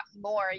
more